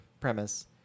premise